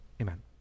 amen